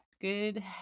Good